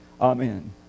Amen